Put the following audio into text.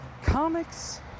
Comics